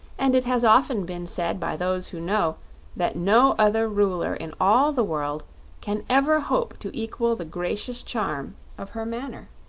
and it has often been said by those who know that no other ruler in all the world can ever hope to equal the gracious charm of her manner.